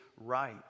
right